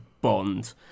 Bond